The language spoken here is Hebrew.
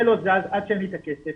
זה לא זז עד שאין לי את הכסף,